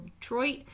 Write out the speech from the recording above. detroit